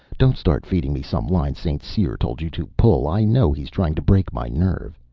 don't start feeding me some line st. cyr's told you to pull. i know he's trying to break my nerve.